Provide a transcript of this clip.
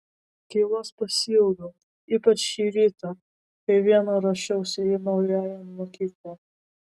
keilos pasiilgau ypač šį rytą kai viena ruošiausi į naująją mokyklą